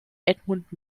edmund